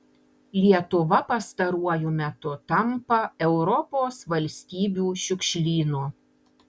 lietuva pastaruoju metu tampa europos valstybių šiukšlynu